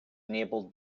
enabled